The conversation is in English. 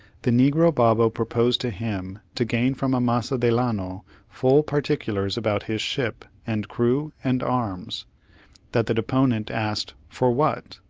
the negro babo proposed to him to gain from amasa delano full particulars about his ship, and crew, and arms that the deponent asked for what?